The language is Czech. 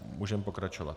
Můžeme pokračovat.